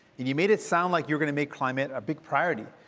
you made it sound like you were going to make climate a big priority.